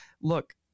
look